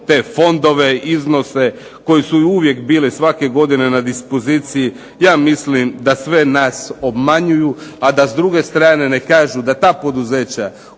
te fondove, iznose, koji su uvijek bili svake godine na dispoziciji, ja mislim da sve nas obmanjuju, a da s druge strane ne kažu da ta poduzeća